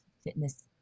fitness